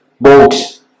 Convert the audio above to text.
boats